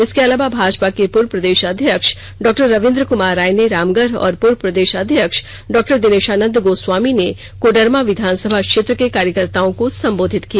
इसके अलावा भाजपा के पूर्व प्रदेष अध्यक्ष डॉक्टर रवींद्र कुमार राय ने रामगढ़ और पूर्व प्रदेष अध्यक्ष डॉक्टर दिनेषानंद गोस्वामी ने कोडरमा विधानसभा क्षेत्र के कार्यकर्त्ताओं को संबोधित किया